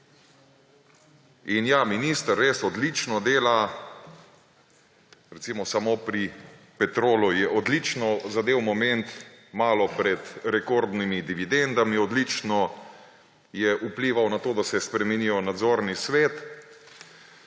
In ja, minister res odlično dela! Recimo, samo pri Petrolu je odlično zadel moment malo pred rekordnimi dividendami. Odlično je vplival na to, da se spremeni nadzorni svet,